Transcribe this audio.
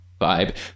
vibe